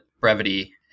Brevity